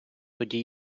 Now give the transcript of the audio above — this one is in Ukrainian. тоді